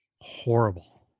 Horrible